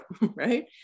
right